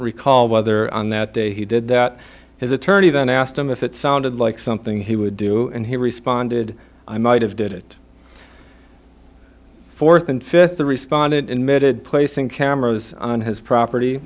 recall whether on that day he did that his attorney then asked him if it sounded like something he would do and he responded i might have did it fourth and fifth the respondent emitted placing cameras on his property